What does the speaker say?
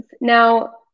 Now